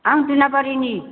आं दिनाबारिनि